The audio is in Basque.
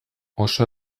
oso